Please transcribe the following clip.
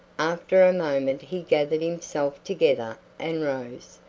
after a moment he gathered himself together and rose.